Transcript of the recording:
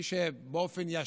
מי שצריך לעשות את זה באופן ישיר,